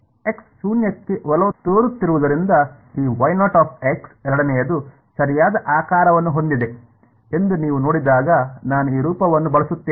x ಶೂನ್ಯಕ್ಕೆ ಒಲವು ತೋರುತ್ತಿರುವುದರಿಂದ ಈ ಎರಡನೆಯದು ಸರಿಯಾದ ಆಕಾರವನ್ನು ಹೊಂದಿದೆ ಎಂದು ನೀವು ನೋಡಿದಾಗ ನಾನು ಈ ರೂಪವನ್ನು ಬಳಸುತ್ತೇನೆ